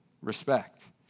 respect